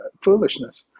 foolishness